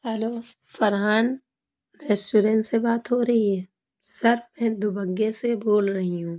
hello Farhan restaurant سے بات ہو رہی ہے سر میں دو بگے سے بول رہی ہوں